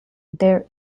there